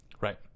Right